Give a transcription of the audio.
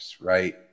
right